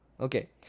Okay